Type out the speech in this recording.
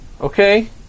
Okay